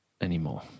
anymore